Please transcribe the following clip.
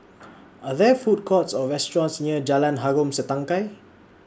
Are There Food Courts Or restaurants near Jalan Harom Setangkai